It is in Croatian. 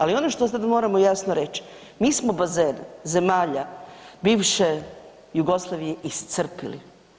Ali ono što sad moramo jasno reć, mi smo bazen zemalja bivše Jugoslavije iscrpili.